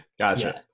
gotcha